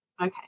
Okay